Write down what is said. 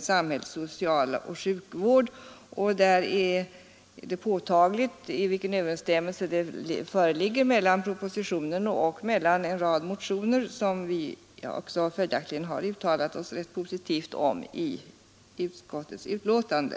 samhällets socialoch sjukvård. Det är påtagligt vilken överensstämmelse som där föreligger mellan propositionen och en rad motioner, som vi följaktligen har uttalat oss rätt positivt om i utskottets betänkande.